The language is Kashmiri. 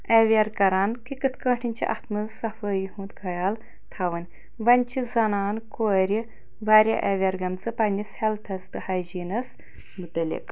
ایٚویر کَران کہِ کِتھٕ پٲٹھٮ۪ن چھِ اَتھ مَنٛز صفٲیی ہُنٛد خیال تھاوان وۅنۍ چھِ زنان کورِ واریاہ ایٚویر گٔمژٕ پَنٕنِس ہیٚلتھَس تہٕ ہایجیٖنَس مُتعلِق